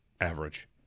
average